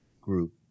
group